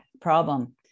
problem